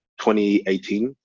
2018